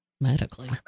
Medically